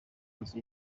nzu